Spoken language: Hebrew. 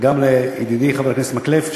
וגם לידידי חבר הכנסת מקלב,